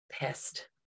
pissed